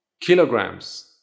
kilograms